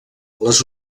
les